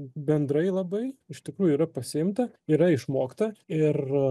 bendrai labai iš tikrųjų yra pasiimta yra išmokta ir